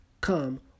come